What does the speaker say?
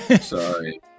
Sorry